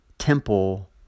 temple